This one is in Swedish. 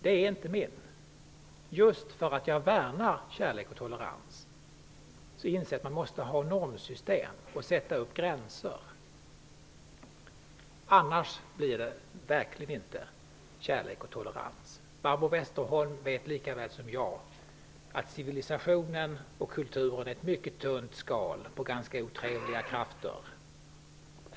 Det är inte min -- just därför att jag värnar om kärlek och tolerans. Jag inser att man måste ha ett normsystem och att man måste sätta upp gränser. I annat fall blir det inte kärlek och tolerans. Barbro Westerholm vet lika väl som jag att civilisationen och kulturen är ett mycket tunt skal över ganska otrevliga krafter.